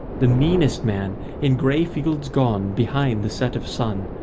the meanest man in grey fields gone behind the set of sun,